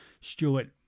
Stewart